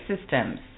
systems